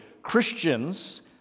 Christians